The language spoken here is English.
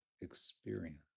experience